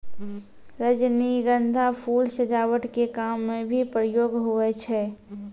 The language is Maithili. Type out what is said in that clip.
रजनीगंधा फूल सजावट के काम मे भी प्रयोग हुवै छै